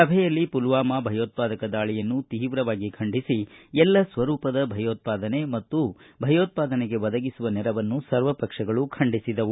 ಸಭೆಯಲ್ಲಿ ಪುಲ್ವಾಮಾ ಭಯೋತ್ಪಾದಕ ದಾಳಿಯನ್ನು ತೀವ್ರವಾಗಿ ಖಂಡಿಸಿ ಎಲ್ಲ ಸ್ವರೂಪದ ಭಯೋತ್ಪಾದನೆ ಮತ್ತು ಭಯೋತ್ಪಾದನೆಗೆ ಒದಗಿಸುವ ನೆರವನ್ನು ಸರ್ವಪಕ್ಷಗಳು ಖಂಡಿಸಿದವು